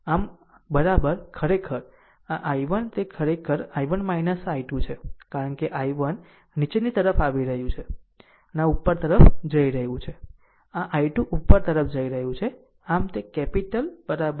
આમ ખરેખર આ I1 તે ખરેખર I1 I2 છે કારણ કે I1 નીચે તરફ આવી રહ્યું છે અને આ ઉપર તરફ જઈ રહ્યું છે આ I2 ઉપર તરફ જઈ રહ્યું છે